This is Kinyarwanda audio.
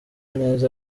neza